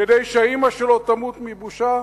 כדי שהאמא שלו תמות מבושה?